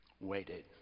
waited